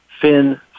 fin